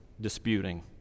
disputing